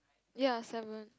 ya seven